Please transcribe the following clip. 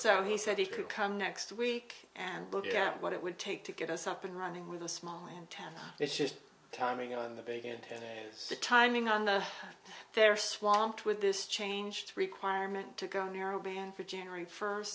so he said he could come next week and look at what it would take to get us up and running with a small antenna it's just time to go on the big antenna is the timing on the there are swamped with this changed requirement to go narrowband for january first